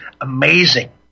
Amazing